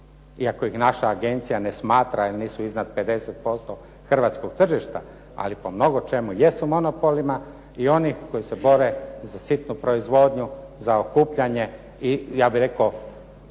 iako ih naša agencija ne smatra jer nisu iznad 50% hrvatskog tržišta, ali po mnogo čemu jesu monopolima i onih koji se bore za sitnu proizvodnju, za okupljanje i ja bih rekao